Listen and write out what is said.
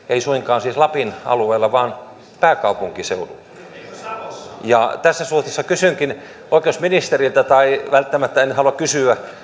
ei suinkaan siis lapin alueella vaan pääkaupunkiseudulla tässä suhteessa kysynkin oikeusministeriltä tai välttämättä en halua kysyä